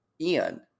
Ian